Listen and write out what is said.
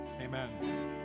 amen